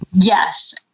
Yes